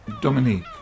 Dominique